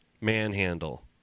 Manhandle